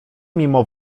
mimo